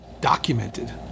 documented